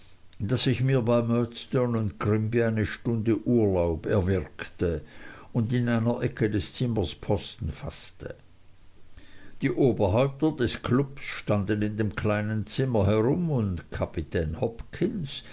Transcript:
daß ich mir bei murdstone grinby eine stunde urlaub erwirkte und in einer ecke des zimmers posten faßte die oberhäupter des klubs standen in dem kleinen zimmer herum und kapitän hopkins